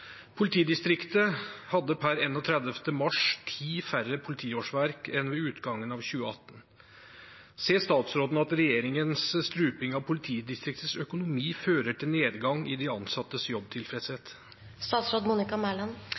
Politidistriktet hadde per 31. mars 10 færre politiårsverk enn ved utgangen av 2018. Ser statsråden at regjeringens struping av politidistriktenes økonomi fører til nedgang i de ansattes